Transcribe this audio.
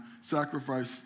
sacrifice